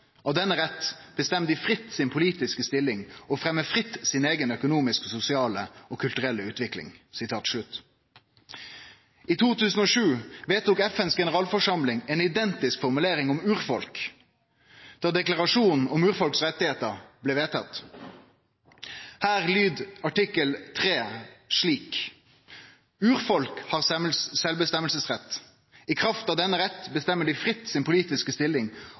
av denne rett bestemmer de fritt sin politiske stilling og fremmer fritt sin egen økonomiske, sosiale og kulturelle utvikling.» I 2007 vedtok FNs generalforsamling ei identisk formulering om urfolk da deklarasjonen om urfolks rettar blei vedtatt. Artikkel 3 lyder slik: «Urfolk har rett til selvbestemmelse. I kraft av denne rett bestemmer de fritt sin politiske stilling